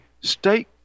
state